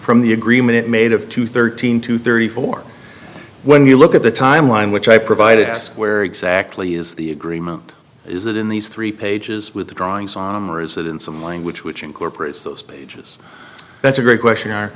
from the agreement made of two thirteen to thirty four when you look at the timeline which i provided us where exactly is the agreement is that in these three pages with drawings on or is it in some language which incorporates those pages that's a great question